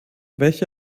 welche